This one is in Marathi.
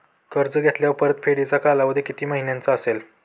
कर्ज घेतल्यावर परतफेडीचा कालावधी किती महिन्यांचा असेल?